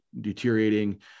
deteriorating